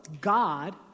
God